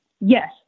Yes